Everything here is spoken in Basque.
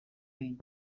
behin